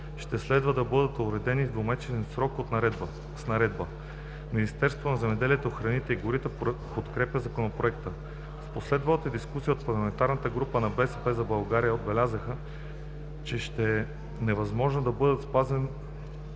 ще следва да бъдат уредени в двумесечен срок с наредба. Министерството на земеделието, храните и горите подкрепя Законопроекта. В последвалата дискусия от парламентарната група на БСП за България отбелязаха, че ще е невъзможно да бъде спазен